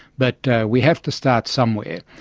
but we have to start somewhere.